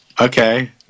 Okay